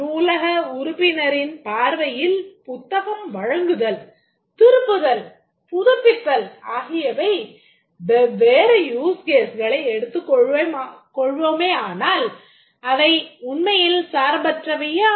நூலக உறுப்பினரின் பார்வையில் புத்தகம் வழங்குதல் திருப்புதல் புதுப்பித்தல் ஆகிய வெவ்வேறு use caseகளை எடுத்துக் கொள்வோமேயானால் அவை உண்மையில் சார்பற்றவையா